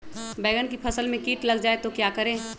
बैंगन की फसल में कीट लग जाए तो क्या करें?